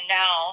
now